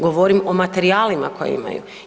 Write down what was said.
Govorim o materijalima koje imaju.